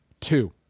two